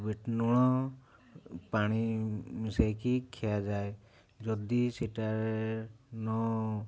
ଲୁଣ ପାଣି ମିଶେଇକି ଖିଆଯାଏ ଯଦି ସେଟା ନ